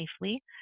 safely